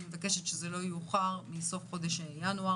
אני מבקשת שזה לא יאוחר מסוף חודש ינואר.